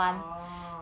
orh